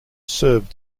served